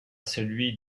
celui